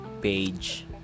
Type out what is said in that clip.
page